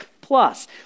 plus